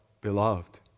beloved